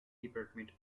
department